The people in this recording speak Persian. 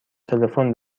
تلفن